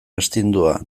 astindua